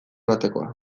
batekoa